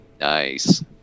Nice